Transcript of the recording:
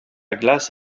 glace